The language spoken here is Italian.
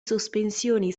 sospensioni